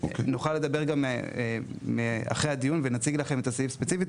נוכל לדבר גם אחרי הדיון ונציג לכם את הסעיף ספציפית.